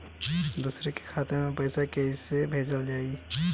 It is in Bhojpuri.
दूसरे के खाता में पइसा केइसे भेजल जाइ?